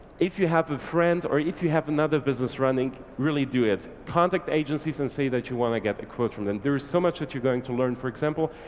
if you have a friend or if you have another business running, really do it. contact agencies and say that you want to get a quote from them. there is so much that you're going to learn. for example,